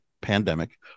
pandemic